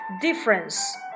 Difference